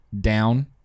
down